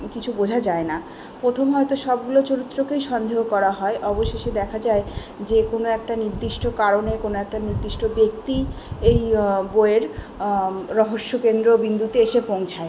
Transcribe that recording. কিছু বোঝা যায় না প্রথমে হয়তো সবগুলো চরিত্রকেই সন্দেহ করা হয় অবশেষে দেখা যায় যে কোনো একটা নির্দিষ্ট কারণে কোনো একটা নির্দিষ্ট ব্যক্তিই এই বইয়ের রহস্য কেন্দ্রবিন্দুতে এসে পৌঁছায়